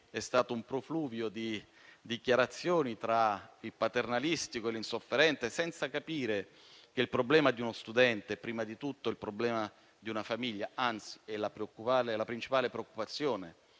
è stato un profluvio di dichiarazioni tra il paternalistico e l'insofferente, senza capire che il problema di uno studente è prima di tutto il problema di una famiglia; anzi, è la principale preoccupazione